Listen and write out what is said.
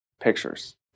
pictures